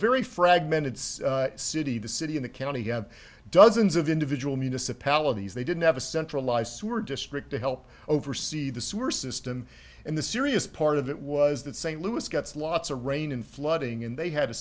very fragmented city the city and county have dozens of individual municipalities they didn't have a centralized sewer district to help oversee the sewer system and the serious part of it was that st louis gets lots of rain and flooding and they had a